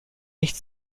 nicht